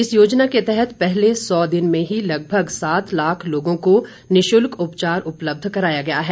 इस योजना के तहत पहले सौ दिन में ही लगभग सात लाख लोगों को निशुल्क उपचार उपलब्ध कराया गया है